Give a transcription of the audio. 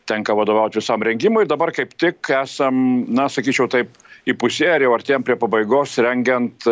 tenka vadovauti visam rengimui dabar kaip tik esam na sakyčiau taip įpusėję ar jau artėjame prie pabaigos rengiant